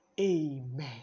Amen